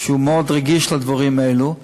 שהוא מאוד רגיש לדברים האלו.